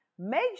Make